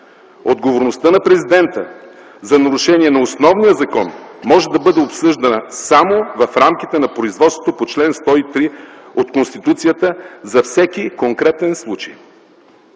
Отговорността на президента за нарушение на основния закон може да бъде обсъждана само в рамките на производството по чл. 103 от Конституцията за всеки конкретен случай.